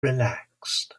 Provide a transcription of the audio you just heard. relaxed